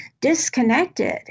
disconnected